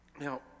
now